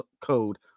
code